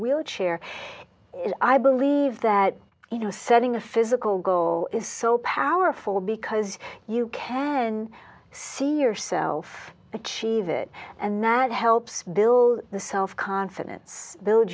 wheelchair i believe that you know setting a physical goal is so powerful because you can then see yourself but she that and that helps build the self confidence build